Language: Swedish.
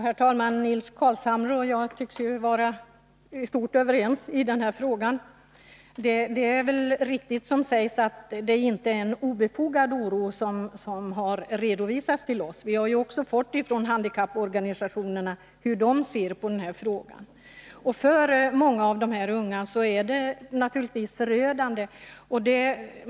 Herr talman! Nils Carlshamre och jag tycks vara i stort sett överens i denna fråga. Det är riktigt som han säger att den oro som har redovisats för oss inte är obefogad. Vi har också hört av handikapporganisationerna hur de ser på denna fråga. För många unga får naturligtvis överenskommelsen förödande konsekvenser.